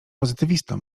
pozytywistą